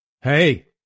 Hey